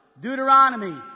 Deuteronomy